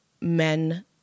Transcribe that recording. men